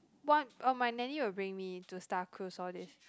one orh my nanny will bring me to star cruise all these